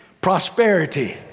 prosperity